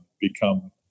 become